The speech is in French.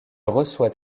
reçoit